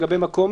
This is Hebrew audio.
לגבי מקום,